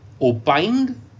opined